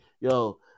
yo